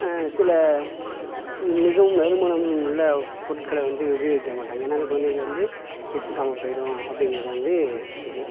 சில மிகவும் நறுமணம் உள்ள பொருட்களை வந்து உபயோகிக்க மாட்டாங்க ஏன்னா அந்த குழந்தைக்கு வந்து ஏத்துக்காமல் போய்விடும் அப்படிங்குறது வந்து இது